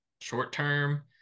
short-term